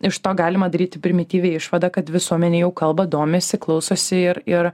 iš to galima daryti primityvią išvadą kad visuomenė jau kalba domisi klausosi ir ir